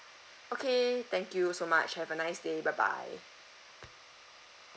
okay thank you so much have a nice day bye bye